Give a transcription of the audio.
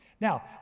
Now